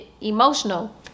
emotional